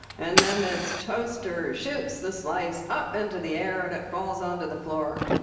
and then this toaster shoots the slice up into the air, and it falls onto the floor.